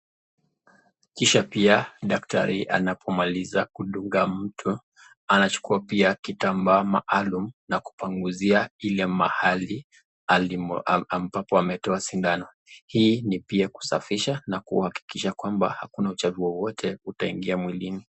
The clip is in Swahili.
Kisha pia daktari anapomaliza kudunga mtu, anachukua pia kitambaa maalum na kupanguzia ile mahali ambapo ametoa sindano. Hii ni pia kusafisha na kuhakikisha kwamba hakuna uchaguzi wowote utaingia mwilini.